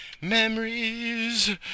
memories